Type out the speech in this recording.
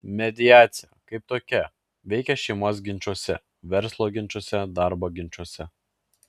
mediacija kaip tokia veikia šeimos ginčuose verslo ginčuose darbo ginčuose